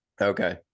Okay